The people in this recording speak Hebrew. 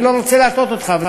אני לא רוצה להטעות אותך,